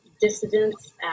dissidents